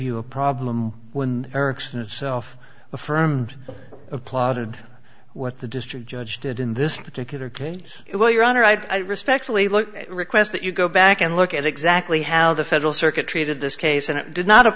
you a problem when ericsson itself affirmed applauded what the district judge did in this particular page well your honor i respectfully request that you go back and look at exactly how the federal circuit treated this case and it did not